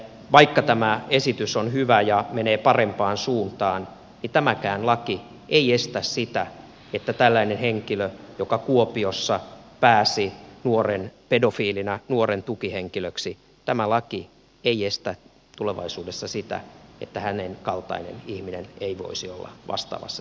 valitettavasti vaikka tämä esitys on hyvä ja menee parempaan suuntaan tämäkään laki ei estä tulevaisuudessa sitä että tällainen henkilö joka kuopiossa pääsi pedofiilina nuoren tukihenkilöksi tämä laki ei estä tulevaisuudessa sitä että hänen kaltaisensa ihminen voisi olla vastaavassa tehtävässä myös jatkossa